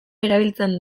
erabiltzen